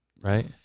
right